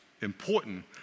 important